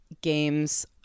games